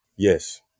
Yes